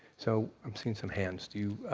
so i'm seeing some hands, do